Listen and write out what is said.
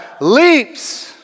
leaps